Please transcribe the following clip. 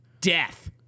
death